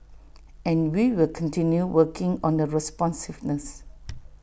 and we will continue working on the responsiveness